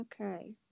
okay